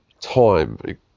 time